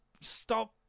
stop